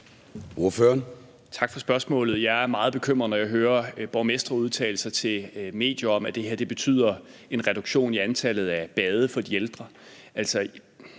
Tak for spørgsmålet. Jeg er meget bekymret, når jeg hører borgmestre udtale sig til medier om, at det her betyder en reduktion af antallet af bade for de ældre.